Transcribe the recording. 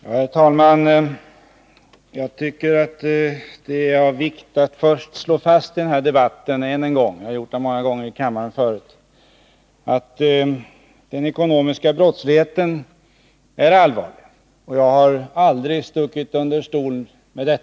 Herr talman! Jag tycker att det är av vikt att i denna debatt först slå fast än en gång — jag har gjort det många gånger förut i denna kammare — att den ekonomiska brottsligheten är allvarlig. Jag har aldrig stuckit under stol med det.